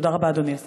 תודה רבה, אדוני השר.